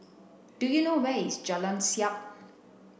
do you know where is Jalan Siap